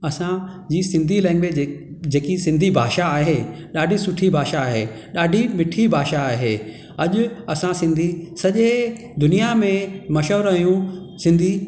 असांजी सिंधी लेंगवेज जेकी सिंधी भाषा आहे ॾाढी सुठी भाषा आहे ॾाढी मिठी भाषा आहे अॼु असां सिन्धी सॼे दुनिया में मशहूर आहियूं सिंधी